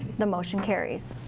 the motion carries.